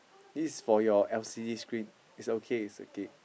this is for your L_C_D screen it's okay it's okay